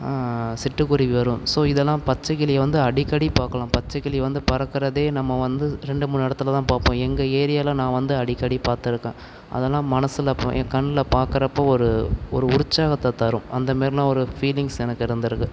சிட்டுக்குருவி வரும் ஸோ இதெல்லாம் பச்சைக்கிளி வந்து அடிக்கடி பார்க்கலாம் பச்சைக்கிளி வந்து பறக்கிறதே நம்ம வந்து ரெண்டு மூணு இடத்துல தான் பார்ப்போம் எங்கள் ஏரியாவில் நான் வந்து அடிக்கடி பார்த்து இருக்கேன் அதெல்லாம் மனதில் ப என் கண்ணில் பார்க்குறப்ப ஒரு ஒரு உற்சாகத்தை தரும் அந்த மாரிலான் ஒரு ஃபீலிங்ஸு எனக்கு இருந்து இருக்குது